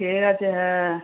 ঠিক আছে হ্যাঁ